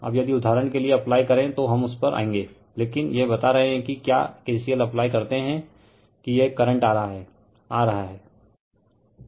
अब यदि उदहारण के लिए अप्लाई करे तो हम उस पर आयंगे लेकिन यह बता रहे हैं कि क्या KCL अप्लाई करते हैं कि यह करंट आ रहा हैं आ रहा हैं